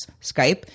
Skype